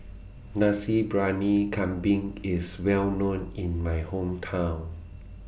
Nasi Briyani Kambing IS Well known in My Hometown